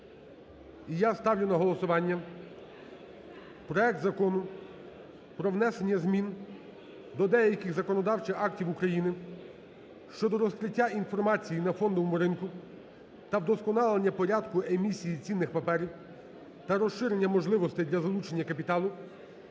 я ставлю на голосування проект Закону про внесення змін до деяких законодавчих актів України (щодо розкриття інформації на фондовому ринку та вдосконалення порядку емісії цінних паперів та розширення можливостей для залучення капіталу)